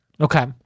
Okay